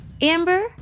Amber